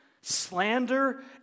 slander